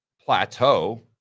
plateau